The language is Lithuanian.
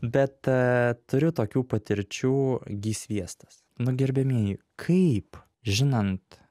bet turiu tokių patirčių ghi sviestas nu gerbiamieji kaip žinant